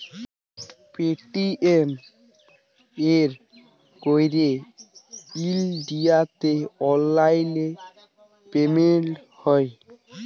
Paytm এ ক্যইরে ইলডিয়াতে অললাইল পেমেল্ট হ্যয়